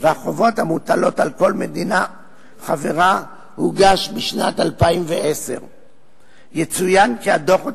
והחובות המוטלות על כל מדינה חברה הוגש בשנת 2010. יצוין כי הדוחות